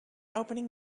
opening